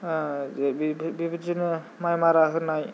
आह बेबो बेबायदिनो माइ मारा होनाय